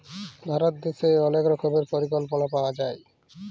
ভারত দ্যাশে অলেক রকমের পরিকল্পলা পাওয়া যায়